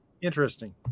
interesting